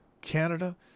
Canada